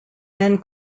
ben